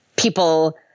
people